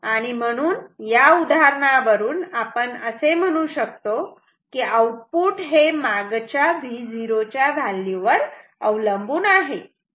आणि म्हणून या उदाहरणावरून आपण म्हणू शकतो की आउटपुट हे मागच्या Vo च्या व्हॅल्यू वर अवलंबून आहे